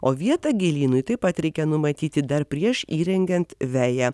o vietą gėlynui taip pat reikia numatyti dar prieš įrengiant veją